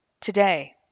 Today